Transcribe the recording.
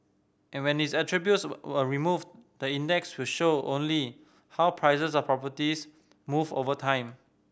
and when these attributes were removed the index will show only how prices of properties move over time